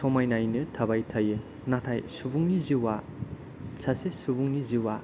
समायनायैनो थाबाय थायो नाथाय सुबुंनि जिउआ सासे सुबुंनि जिउआ